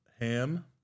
ham